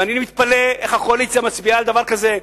ואני מתפלא איך הקואליציה מצביעה על דבר כזה.